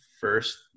first